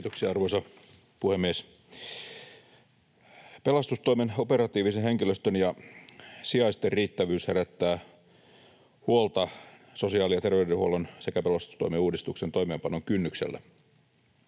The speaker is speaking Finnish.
Kiitoksia, arvoisa puhemies! Pelastustoimen operatiivisen henkilöstön ja sijaisten riittävyys herättää huolta sosiaali‑ ja terveydenhuollon sekä pelastustoimen uudistuksen toimeenpanon kynnyksellä.